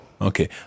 Okay